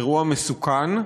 אירוע מסוכן,